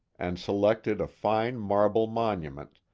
and selected a fine marble monument,